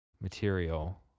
material